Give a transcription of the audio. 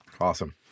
Awesome